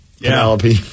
Penelope